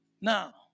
Now